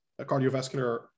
cardiovascular